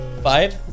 Five